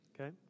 Okay